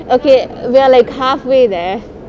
okay we're like halfway there